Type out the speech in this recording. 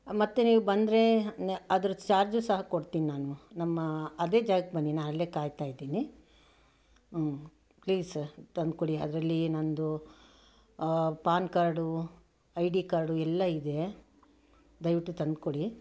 ಮತ್ತೆ ನೀವು ಬಂದರೆ ಅದರ ಚಾರ್ಜಸ್ ಸಹ ಕೊಡ್ತೀನಿ ನಾನು ನಮ್ಮ ಅದೇ ಜಾಗಕ್ಕೆ ಬನ್ನಿ ನಾ ಅಲ್ಲೇ ಕಾಯ್ತಾಯಿದ್ದೀನಿ ಪ್ಲೀಸ್ ಸರ್ ತಂದ್ಕೊಡಿ ಅದರಲ್ಲಿ ನಂದು ಪಾನ್ ಕಾರ್ಡು ಐಡಿ ಕಾರ್ಡು ಎಲ್ಲ ಇದೆ ದಯವಿಟ್ಟು ತಂದ್ಕೊಡಿ